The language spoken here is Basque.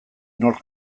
nork